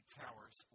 towers